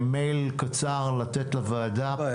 לתת לוועדה מייל קצר,